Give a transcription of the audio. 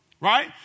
Right